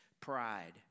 pride